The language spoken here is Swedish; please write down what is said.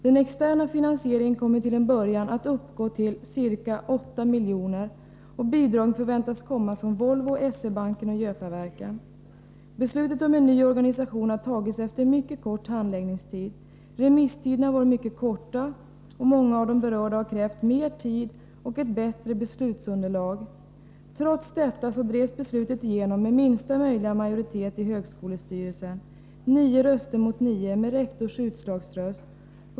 Den externa finansieringen kommer till en början att uppgå till ca 8 milj.kr., och bidragen förväntas komma från Volvo, SE-banken och Götaverken. Beslutet om en ny organisation har tagits efter en mycket kort handläggningstid. Remisstiderna har varit mycket korta, och många av de berörda har krävt mer tid och ett bättre beslutsunderlag. Trots detta drevs beslutet igenom med minsta möjliga majoritet i högskolestyrelsen: nio röster mot nio, med rektors utslagsröst.